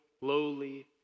lowly